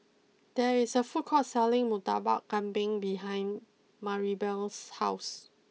there is a food court selling Murtabak Kambing behind Maribel's house